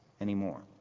anymore